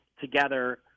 together